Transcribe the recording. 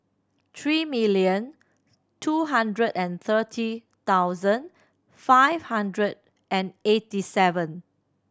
three million two hundred and thirty thousand five hundred and eighty seven